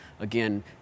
Again